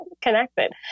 connected